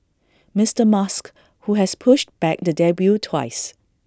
Mister musk who has pushed back the debut twice